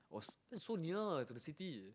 was it's so near to the city